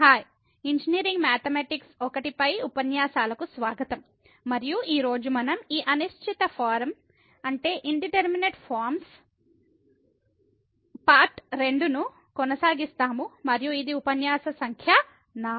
hi engineering mathematics I పై ఉపన్యాసాలకు స్వాగతం మరియు ఈ రోజు మనం ఈ అనిశ్చిత form indeterminate forms Indeterminate Forms part 2 ను కొనసాగిస్తాము మరియు ఇది ఉపన్యాసం సంఖ్య 4